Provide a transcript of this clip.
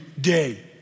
day